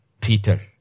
Peter